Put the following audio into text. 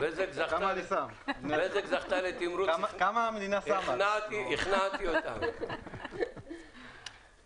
אבל בלשכה המשפטית של ועדת הכלכלה אתם לא הבנים היחידים,